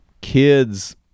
Kids